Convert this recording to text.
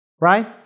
Right